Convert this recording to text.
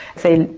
say,